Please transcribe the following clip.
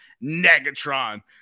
Negatron